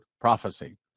PROPHECY